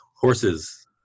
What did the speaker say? horses